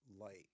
light